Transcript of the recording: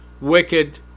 wicked